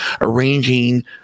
arranging